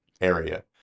area